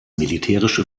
militärische